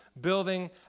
building